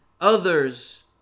others